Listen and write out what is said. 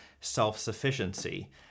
self-sufficiency